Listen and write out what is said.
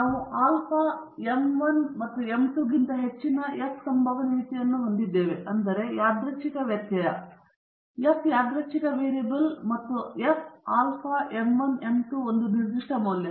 ಆದ್ದರಿಂದ ನಾವು alpha M 1 m 2 ಗಿಂತ ಹೆಚ್ಚಿನ ಎಫ್ ಸಂಭವನೀಯತೆಯನ್ನು ಹೊಂದಿದ್ದೇವೆ ಮತ್ತು ಎಂದರೆ ಯಾದೃಚ್ಛಿಕ ವ್ಯತ್ಯಯ ಎಫ್ ಯಾದೃಚ್ಛಿಕ ವೇರಿಯೇಬಲ್ ಮತ್ತು ಎಫ್ ಆಲ್ಫಾ ಎಮ್ 1 ಮೀ 2 ಒಂದು ನಿರ್ದಿಷ್ಟ ಮೌಲ್ಯ